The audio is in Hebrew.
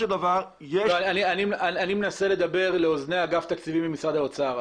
אני מנסה לדבר לאוזני אגף התקציבים במשרד האוצר.